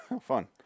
Fun